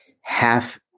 half